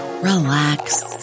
relax